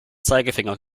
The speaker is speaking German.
zeigefinger